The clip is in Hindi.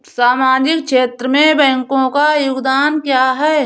सामाजिक क्षेत्र में बैंकों का योगदान क्या है?